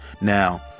Now